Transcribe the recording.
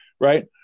right